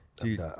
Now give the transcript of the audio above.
dude